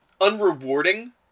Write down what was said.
unrewarding